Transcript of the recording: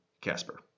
Casper